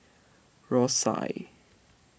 Rosyth